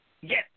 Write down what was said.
yes